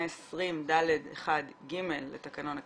סעיף 120.ד.1.ג לתקנון הכנסת,